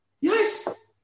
Yes